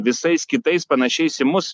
visais kitais panašiais į mus